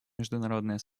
международное